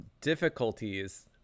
difficulties